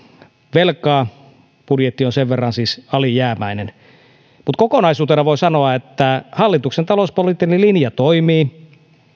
velkaa budjetti on siis sen verran alijäämäinen kokonaisuutena voi sanoa että hallituksen talouspoliittinen linja toimii